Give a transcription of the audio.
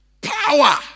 power